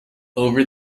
over